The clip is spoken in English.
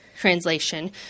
translation